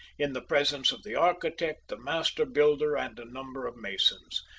in the presence of the architect, the master builder, and a number of masons.